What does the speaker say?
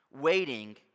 ...waiting